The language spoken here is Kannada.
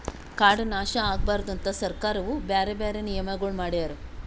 ಕಾಡು ನಾಶ ಆಗಬಾರದು ಅಂತ್ ಸರ್ಕಾರವು ಬ್ಯಾರೆ ಬ್ಯಾರೆ ನಿಯಮಗೊಳ್ ಮಾಡ್ಯಾರ್